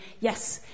Yes